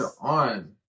on